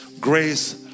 grace